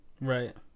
Right